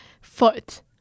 Foot